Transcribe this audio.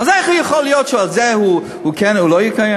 אז איך יכול להיות שאת זה הוא לא יקיים?